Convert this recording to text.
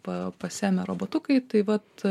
pa pasiėmė robotukai tai vat